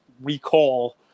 recall